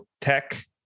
tech